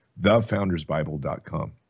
Thefoundersbible.com